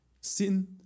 Sin